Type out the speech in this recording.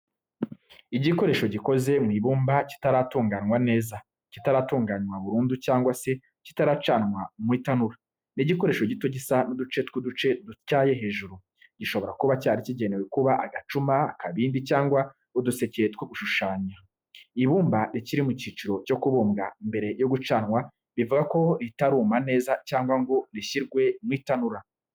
Igikoresho gikoze mu ibumba kitaratunganwa neza, kitaratunganywa burundu cyangwa se kitaracanwa mu itanura. Ni igikoresho gito gisa n’uduce tw’uduce dutyaye hejuru, gishobora kuba cyari kigenewe kuba agacuma, akabindi, cyangwa uduseke two gushushanya. Ibumba rikiri mu cyiciro cyo kubumbwa mbere yo gucanwa bivuga ko ritaruma neza cyangwa ngo rishyirwe mu itanura.